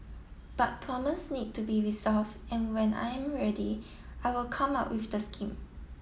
but need to be resolved and when I am ready I will come out with the scheme